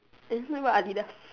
it's not even Adidas